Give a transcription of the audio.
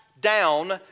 down